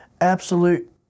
absolute